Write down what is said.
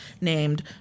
named